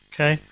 Okay